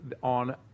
on